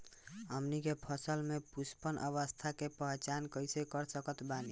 हमनी के फसल में पुष्पन अवस्था के पहचान कइसे कर सकत बानी?